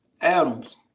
Adams